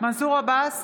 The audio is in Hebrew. מנסור עבאס,